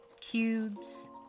cubes